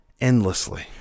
endlessly